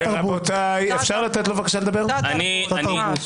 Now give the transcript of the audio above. רבותיי, אתם לא צריכים